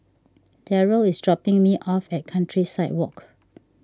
Derrell is dropping me off at Countryside Walk